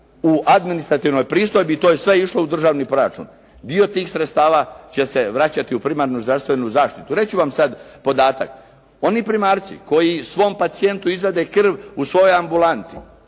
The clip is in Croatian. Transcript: u administrativnoj pristojbi i to je sve išlo u državni proračun. Dio tih sredstava će se vraćati u primarnu zdravstvenu zaštitu. Reći ću vam sad podatak. Oni primarci koji svom pacijentu izvade krv u svojoj ambulanti